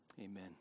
Amen